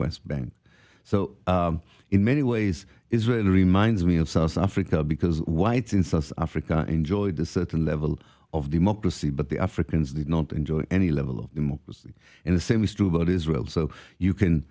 west bank so in many ways israel reminds me of south africa because whites in south africa enjoyed a certain level of democracy but the africans did not enjoy any level of democracy in the same is true for israel so you can